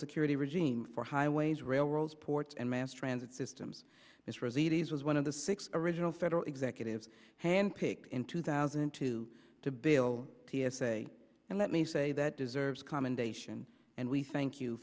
security regime for highways railroads ports and mass transit systems this rosies was one of the six original federal executives handpicked in two thousand and two to bill t s a and let me say that deserves a commendation and we thank you